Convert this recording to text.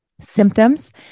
symptoms